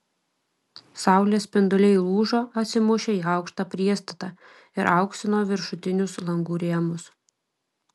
saulės spinduliai lūžo atsimušę į aukštą priestatą ir auksino viršutinius langų rėmus